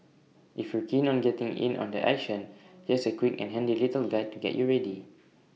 if you're keen on getting in on the action here's A quick and handy little guide to get you ready